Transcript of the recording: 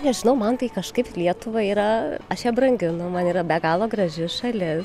nežinau man tai kažkaip lietuva yra aš ją branginu man yra be galo graži šalis